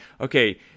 okay